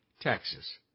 Texas